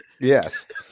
Yes